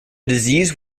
disease